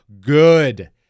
Good